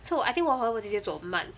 so I think 我和我姐姐走很慢